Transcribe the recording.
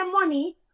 money